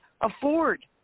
afford